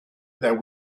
that